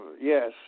Yes